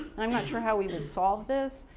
i'm not sure how we would solve this,